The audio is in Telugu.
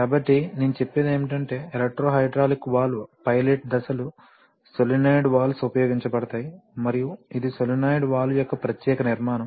కాబట్టి నేను చెప్పేది ఏమిటంటే ఎలెక్ట్రో హైడ్రాలిక్ వాల్వ్ పైలట్ దశలు సోలేనోయిడ్ వాల్వ్స్ ఉపయోగించబడతాయి మరియు ఇది సోలేనోయిడ్ వాల్వ్ యొక్క ప్రత్యేక నిర్మాణం